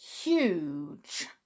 huge